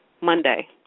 Monday